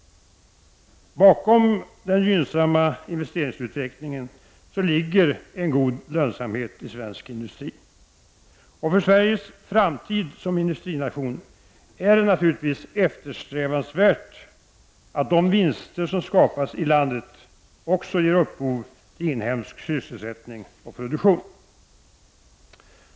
Bakom den gynnsamma investeringsutvecklingen ligger en god lönsamhet i svensk industri. Och för Sveriges framtid som industrination är det naturligtvis eftersträvansvärt att de vinster som skapas i landet också ger upphov till inhemsk sysselsättning och produktion.